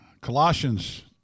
Colossians